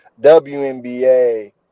WNBA